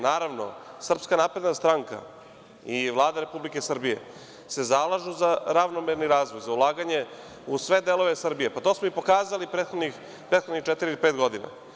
Naravno, SNS i Vlada Republike Srbije se zalažu za ravnomerni razvoj, za ulaganje u sve delove Srbije, a to smo i pokazali prethodnih četiri, pet godina.